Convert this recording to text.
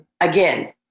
again